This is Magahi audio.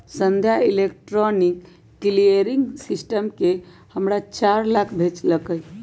संध्या इलेक्ट्रॉनिक क्लीयरिंग सिस्टम से हमरा चार लाख भेज लकई ह